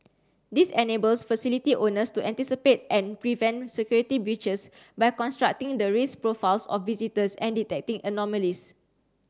this enables facility owners to anticipate and prevent security breaches by constructing the risk profiles of visitors and detecting anomalies